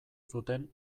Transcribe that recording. zuten